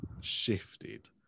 shifted